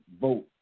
vote